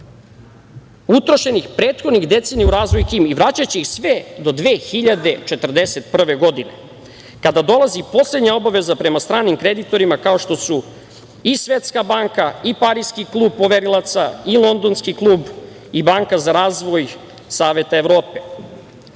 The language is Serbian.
utrošenih prethodnih decenija u razvoj KiM i vraćaće ih sve do 2041. godine, kada dolazi poslednja obaveza prema stranim kreditorima, kao što su i Svetska banka i Pariski klub poverilaca i Londonski klub i Banka za razvoj Saveta